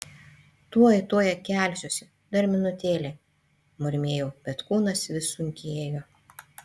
tuoj tuoj kelsiuosi dar minutėlę murmėjau bet kūnas vis sunkėjo